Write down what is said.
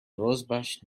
rosebush